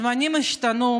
הזמנים השתנו.